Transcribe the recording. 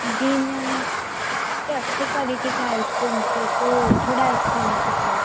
जी ma'am अच्छी quality की ice cream से तो थोड़ा एक्सपेंसिव है